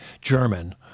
German